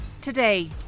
Today